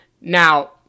Now